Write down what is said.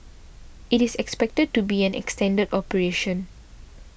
it is expected to be an extended operation